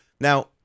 now